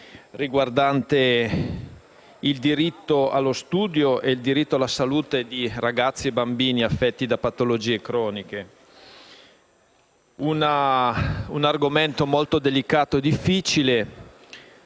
riguardante il diritto allo studio e la salute di ragazzi e bambini affetti da patologie croniche. Si tratta di un argomento molto delicato e difficile.